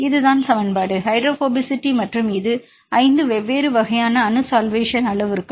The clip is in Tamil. இதுதான் சமன்பாடு ஹைட்ரோபோபசிட்டி மற்றும் இது 5 வெவ்வேறு வகையான அணு சல்வேஷன் அளவுருக்கள்